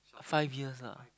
five years lah